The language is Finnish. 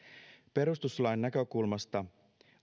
perustuslain näkökulmasta